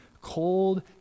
cold